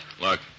Look